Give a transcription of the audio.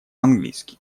английски